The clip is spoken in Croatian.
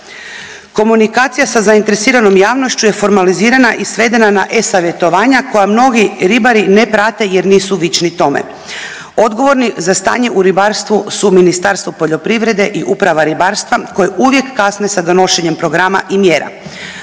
Komunikacija sa zainteresiranom javnošću je formalizirana i svedena na e-savjetovanja koja mnogi ribari ne prate jer nisu vični tome. Odgovorni za stanje u ribarstvu su Ministarstvo poljoprivrede i Uprava ribarstva koji uvijek kasne sa donošenjem programa i mjera.